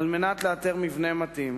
על מנת לאתר מבנה מתאים,